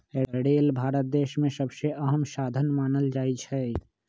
rail भारत देश में सबसे अहम साधन मानल जाई छई